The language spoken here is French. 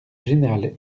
général